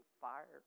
fire